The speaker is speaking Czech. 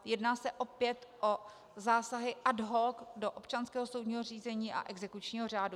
Jedná se ale opět o zásahy ad hoc do občanského soudního řízení a exekučního řádu.